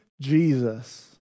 Jesus